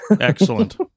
Excellent